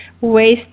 waste